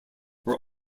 were